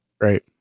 Right